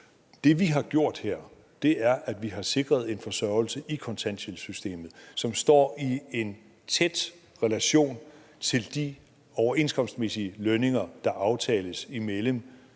Det, vi har gjort her, er, at vi har sikret en forsørgelse i kontanthjælpssystemet, som står i en tæt relation til de overenskomstmæssige lønninger, der aftales imellem